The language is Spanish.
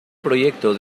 proyecto